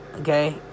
Okay